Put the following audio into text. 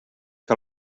que